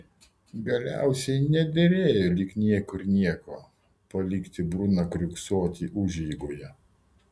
galiausiai nederėjo lyg niekur nieko palikti bruną kiurksoti užeigoje